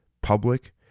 public